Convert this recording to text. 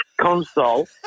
console